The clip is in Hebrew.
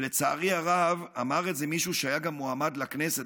ולצערי הרב אמר את זה מישהו שהיה גם מועמד לכנסת.